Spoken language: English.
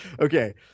Okay